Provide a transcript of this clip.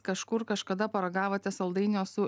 kažkur kažkada paragavote saldainio su